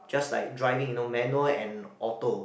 just like driving you know manual and auto